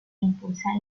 impulsar